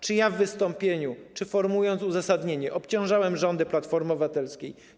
Czy w wystąpieniu, formułując uzasadnienie, obciążałem rządy Platformy Obywatelskiej?